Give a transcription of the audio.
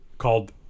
Called